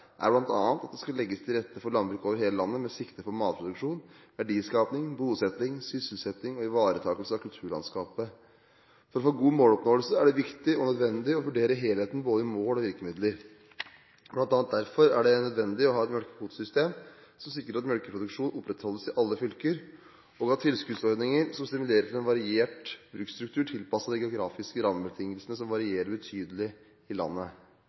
er bl.a. at det skal legges til rette for landbruk over hele landet med sikte på matproduksjon, verdiskaping, bosetting, sysselsetting og ivaretakelse av kulturlandskapet. For å få god måloppnåelse er det viktig og nødvendig og vurdere helheten i både mål og virkemidler. Blant annet derfor er det nødvendig å ha et melkekvotesystem som sikrer at melkeproduksjon opprettholdes i alle fylker, og at tilskuddsordninger, som stimulerer til en variert bruksstruktur, tilpasses de geografiske rammebetingelsene som varierer betydelig i landet.